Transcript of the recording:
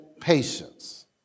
patience